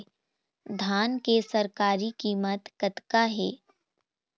धान के सरकारी कीमत कतका हे?